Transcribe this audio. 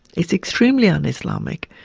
is extremely un-islamic.